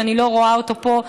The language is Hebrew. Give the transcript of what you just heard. שאני לא רואה אותו פה,